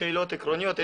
שאלות עקרוניות,